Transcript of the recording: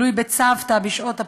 בילוי בצוותא בשעות הפנאי,